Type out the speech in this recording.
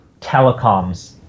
telecoms